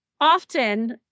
often